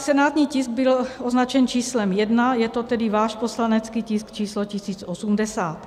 Senátní tisk byl označen č. 1, je to tedy váš poslanecký tisk 1080.